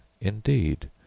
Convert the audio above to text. indeed